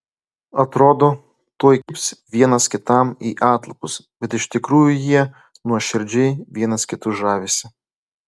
atrodo tuoj kibs vienas kitam į atlapus bet iš tikrųjų jie nuoširdžiai vienas kitu žavisi